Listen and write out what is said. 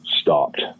stopped